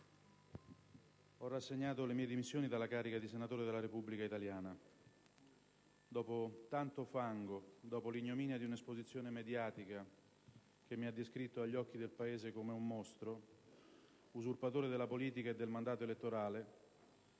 ho rassegnato le mie dimissioni dalla carica di senatore della Repubblica italiana. Dopo tanto fango, dopo l'ignominia di un'esposizione mediatica che mi ha descritto agli occhi del Paese come un mostro, usurpatore della politica e del mandato elettorale,